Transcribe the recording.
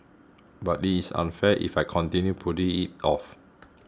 but it is unfair if I continue putting it off